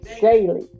daily